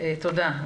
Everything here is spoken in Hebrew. תודה.